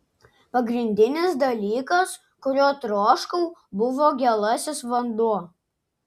pagrindinis dalykas kurio troškau buvo gėlasis vanduo